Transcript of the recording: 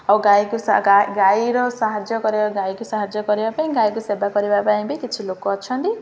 ଆଉ ଗାଈକୁ ଗାଈର ସାହାଯ୍ୟ କରିବା ଗାଈକୁ ସାହାଯ୍ୟ କରିବା ପାଇଁ ଗାଈକୁ ସେବା କରିବା ପାଇଁ ବି କିଛି ଲୋକ ଅଛନ୍ତି